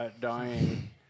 Dying